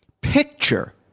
Picture